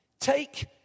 Take